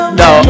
no